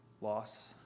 loss